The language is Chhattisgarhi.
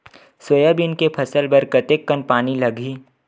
सोयाबीन के फसल बर कतेक कन पानी लगही?